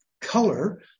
color